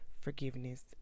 forgiveness